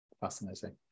Fascinating